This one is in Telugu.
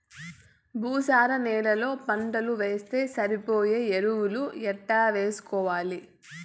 భూసార నేలలో పంటలు వేస్తే సరిపోయే ఎరువులు ఎట్లా వేసుకోవాలి?